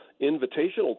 invitational